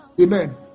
Amen